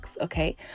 okay